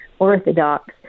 Orthodox